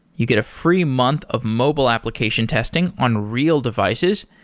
you get a free month of mobile application testing on real devices,